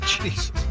Jesus